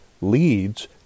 leads